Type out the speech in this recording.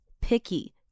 picky